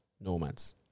nomads